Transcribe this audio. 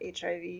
HIV